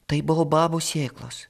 tai baobabo sėklos